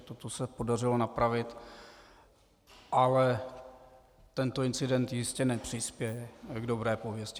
Toto se podařilo napravit, ale tento incident jistě nepřispěje k dobré pověsti.